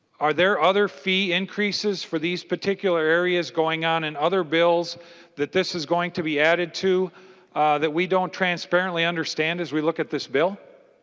are there other fee increases for these particular areas going on in other bills that this is going to be added to the we don't transparently understand as we look at this bill?